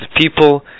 people